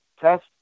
test